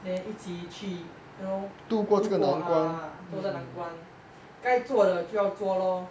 then 一起去 you know 度过 ah 度过难关该做的就要做 lor